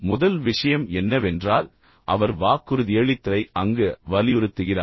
முதல் விஷயம் என்னவென்றால் அவர் வாக்குறுதியளித்ததை அங்கு வலியுறுத்துகிறார்